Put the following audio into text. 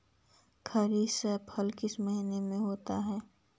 खरिफ फसल किस महीने में होते हैं?